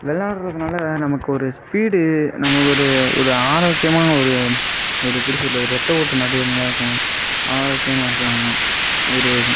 விளாடுறதுனால நமக்கு ஒரு ஸ்பீடு நமக்கு ஒரு ஒரு ஆரோக்கியமான ஒரு ஒரு எப்படி சொல்வது ரத்த ஓட்டம் நிறையா நல்லாயிருக்கும் ஆரோக்கியமாக இருக்கலாம் ஒரு